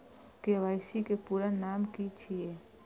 KYC के पूरा नाम की छिय?